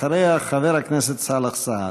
אחריה, חבר הכנסת סאלח סעד.